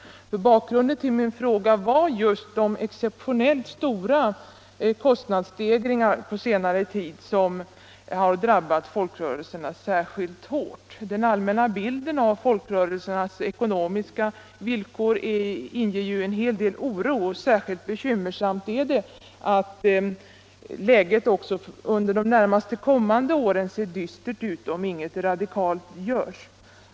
Bakgrunden till min fråga var just de exceptionellt stora kostnadsstegringarna på senare tid som drabbat folkrörelserna särskilt hårt. Den allmänna bilden av folkrörelsernas ekonomiska villkor inger en hel del oro. Särskilt bekymmersamt är det att läget också under de närmast kommande åren ser dystert ut om inget radikalt görs.